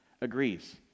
agrees